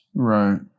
right